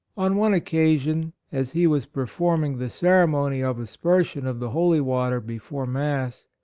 on one occasion, as he was per forming the ceremony of aspersion of the holy water before mass,